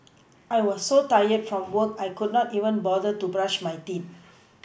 I was so tired from work I could not even bother to brush my teeth